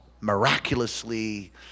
miraculously